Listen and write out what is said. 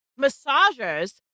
Massagers